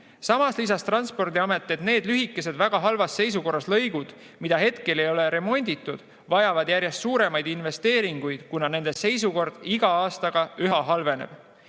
Samas lisas Transpordiamet, et need lühikesed, väga halvas seisukorras lõigud, mida ei ole remonditud, vajavad järjest suuremaid investeeringuid, kuna nende seisukord iga aastaga üha halveneb. Teede